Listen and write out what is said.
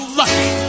lucky